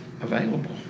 available